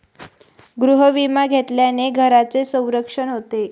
गृहविमा घेतल्याने घराचे संरक्षण होते